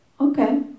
okay